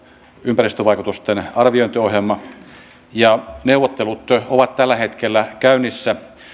ympäristövaikutusten arviointiohjelma neuvottelut ovat tällä hetkellä käynnissä